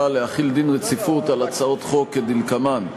להחיל דין רציפות על הצעות החוק כדלקמן: